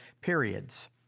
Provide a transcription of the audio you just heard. periods